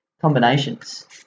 combinations